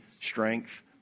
strength